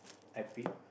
I pre~